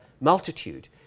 multitude